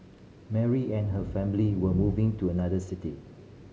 Mary and her family were moving to another city